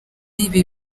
ibi